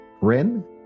Rin